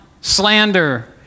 slander